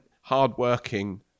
hardworking